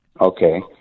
Okay